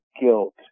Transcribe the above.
guilt